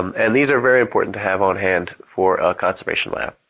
um and these are very important to have on hand for a conservation lab.